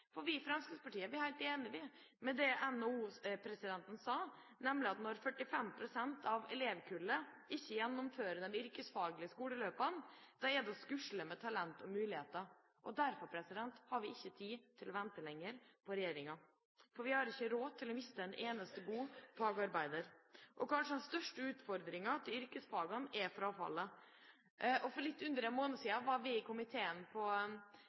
Vi i Fremskrittspartiet er helt enige i det NHO-presidenten sa, nemlig at når 45 pst. av elevkullet ikke gjennomfører de yrkesfaglige skoleløpene, skusler man med talent og muligheter. Derfor har vi ikke lenger tid til å vente på regjeringa, for vi har ikke råd til å miste en eneste god fagarbeider. Den kanskje største utfordringa til yrkesfagene er frafallet. For litt under en måned siden var vi i komiteen på